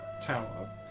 tower